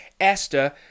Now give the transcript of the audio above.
esther